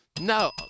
No